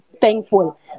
thankful